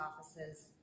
offices